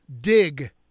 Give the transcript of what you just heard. dig